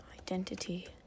Identity